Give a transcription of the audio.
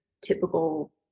typical